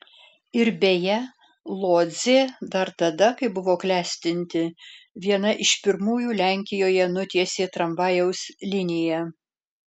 ir beje lodzė dar tada kai buvo klestinti viena iš pirmųjų lenkijoje nutiesė tramvajaus liniją